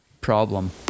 problem